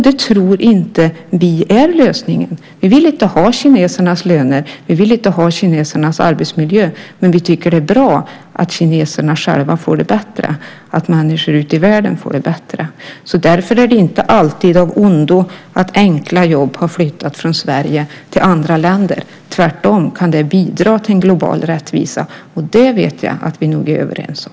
Det tror inte vi är lösningen. Vi vill inte ha kinesernas löner. Vi vill inte ha kinesernas arbetsmiljö. Men vi tycker att det är bra att kineserna själva får det bättre och att människor ute i världen får det bättre. Därför är det inte alltid av ondo att enkla jobb har flyttat från Sverige till andra länder. Det kan tvärtom bidra till en global rättvisa, och det vet jag att vi nog är överens om.